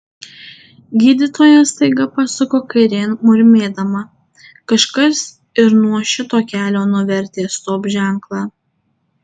gydytoja staiga pasuko kairėn murmėdama kažkas ir nuo šito kelio nuvertė stop ženklą